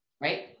Right